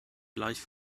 gleich